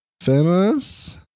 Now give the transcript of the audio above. Famous